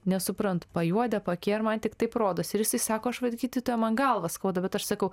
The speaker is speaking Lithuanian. nesuprantu pajuodę paakiai ar man tik taip rodos ir jisai sako aš vat gydytoja man galvą skauda bet aš sakau